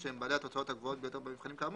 שהם בעלי התוצאות הגבוהות ביותר במבחנים כאמור,